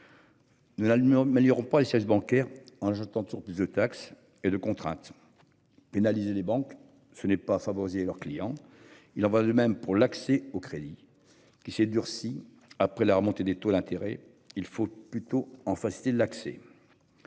mais iront pas bancaire en jetant toujours plus de taxes et de contraintes. Pénaliser les banques ce n'est pas favoriser leurs clients. Il en va de même pour l'accès au crédit qui s'est durcie après la remontée des taux d'intérêt. Il faut plutôt en faciliter l'accès.